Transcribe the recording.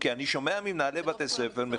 כי אני שומע ממנהלי בתי ספר,